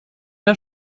der